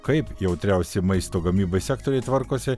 kaip jautriausi maisto gamybai sektoriai tvarkosi